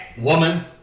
woman